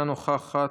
אינה נוכחת.